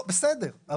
לא, בסדר.